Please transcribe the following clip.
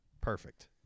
perfect